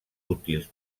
útils